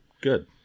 Good